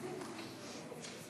אפשר להצביע.